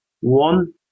One